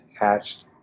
hatched